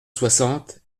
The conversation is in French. soixante